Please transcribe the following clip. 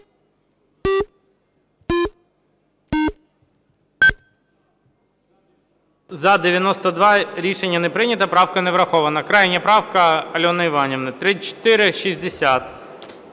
За-92 Рішення не прийнято. Правка не врахована. Крайня правка Альони Іванівни, 3460.